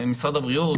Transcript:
משרד הבריאות,